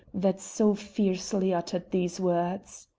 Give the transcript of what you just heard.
that so fiercely uttered these words.